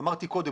אמרתי קודם,